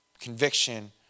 Conviction